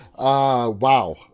Wow